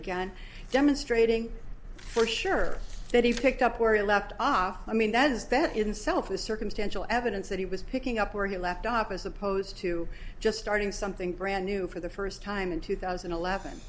again demonstrating for sure that he picked up where he left off i mean that is that in self the circumstantial evidence that he was picking up where he left office opposed to just starting something brand new for the first time in two thousand and eleven